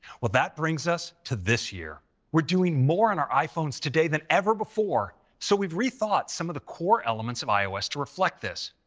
well, that brings us to this year. we're doing more on our iphones today than ever before, so we've rethought some of the core elements of ios to reflect this.